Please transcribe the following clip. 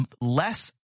less